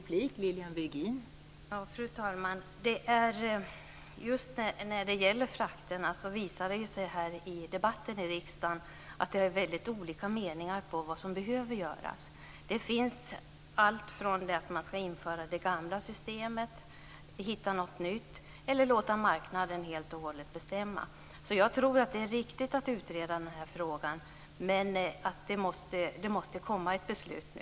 Fru talman! Just när det gäller frakterna visar det sig här i debatten i riksdagen att det råder väldigt olika meningar om vad som behöver göras - införa det gamla systemet, hitta något nytt eller låta marknaden bestämma helt och hållet. Jag tror att det är riktigt att utreda den här frågan, men det måste komma ett beslut nu.